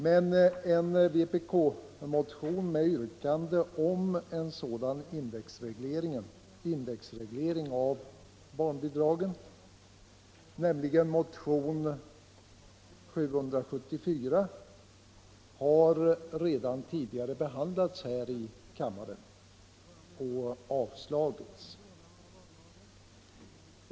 Men en vpk-motion med yrkande om indexreglering av barnbidragen, nämligen motionen 1975:774, har redan tidigare behandlats här i kammaren och avslagits.